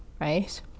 right